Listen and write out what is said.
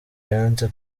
yanze